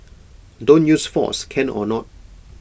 don't use force can or not